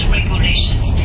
regulations